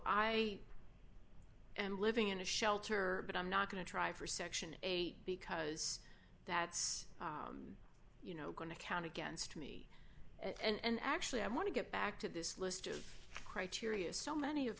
i and living in a shelter but i'm not going to try for section eight because that's you know going to count against me and actually i want to get back to this list of criteria so many of